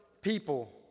people